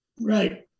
Right